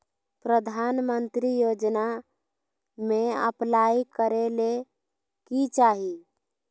प्रधानमंत्री योजना में अप्लाई करें ले की चाही?